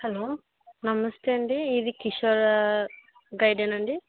hello నమస్తే అండి ఇది కిషోర్ గైడేనా అండి